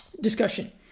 discussion